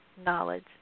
knowledge